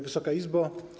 Wysoka Izbo!